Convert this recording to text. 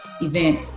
event